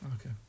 Okay